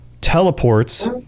teleports